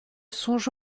songe